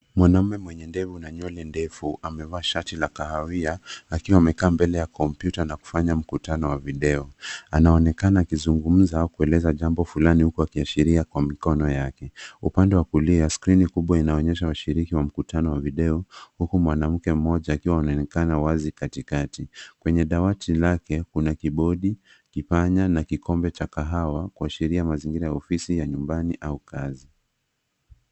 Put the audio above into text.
Mwanaume mwenye nywele na ndefu amevaa shati la kahawia akiwa amekaa mbele ya kompyuta na kufanya mkutano wa video. Anaonekana akizungumza au kueleza jambo fulani huku akiashiria kwa mikono yake. Upande wa kulia, skrini kubwa inaonyesha washiriki wa mkutano wa video huku mwanamke mmoja akiwa anaonekana wazi katikati. Kwenye dawati lake kuna kibodi, kipanya na kikombe cha kahawa kuashiria mazingira ya ofisi ya nyumbani au kazi.